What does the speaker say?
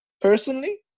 personally